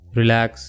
relax